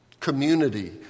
Community